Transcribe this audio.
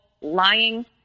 lying